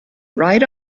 right